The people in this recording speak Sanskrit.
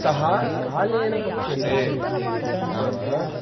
सः कालेन पच्यते नाम